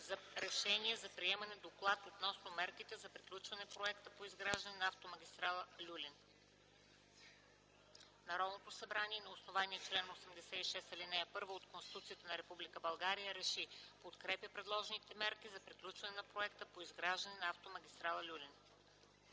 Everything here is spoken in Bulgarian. за: РЕШЕНИЕ за приемане на Доклад относно мерките за приключване на проекта по изграждане на автомагистрала „Люлин” Народното събрание на основание чл. 86, ал. 1 от Конституцията на Република България РЕШИ: Подкрепя предложените мерки за приключване на проекта по изграждане на автомагистрала „Люлин”.”